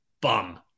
bum